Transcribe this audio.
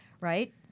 right